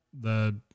the-